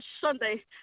Sunday